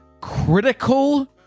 critical